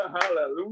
hallelujah